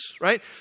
right